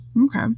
Okay